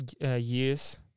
years